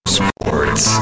sports